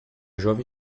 jovem